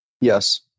Yes